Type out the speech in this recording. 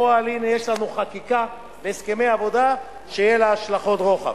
פה יש לנו חקיקה והסכמי עבודה שיהיו להם השלכות רוחב.